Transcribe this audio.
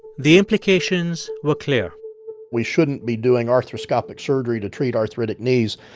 the implications were clear we shouldn't be doing arthroscopic surgery to treat arthritic knees.